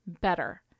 better